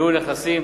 ניהול נכסים,